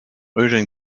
eugène